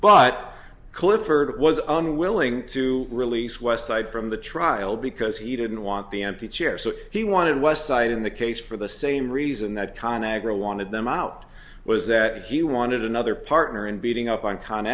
but clifford was unwilling to release westside from the trial because he didn't want the empty chair so he wanted west side in the case for the same reason that con agra wanted them out was that he wanted another partner and beating up on con